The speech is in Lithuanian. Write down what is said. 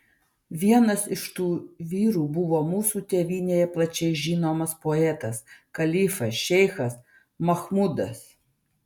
vienas iš tų vyrų buvo mūsų tėvynėje plačiai žinomas poetas kalifas šeichas machmudas